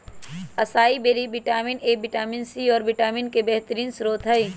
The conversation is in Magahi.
acai berry vitamin A, vitamin C, और विटामिनई के बेहतरीन स्त्रोत हई